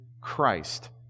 Christ